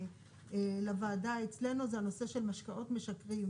בואו לא נעשה את הוועדה הזאת למקום כזה.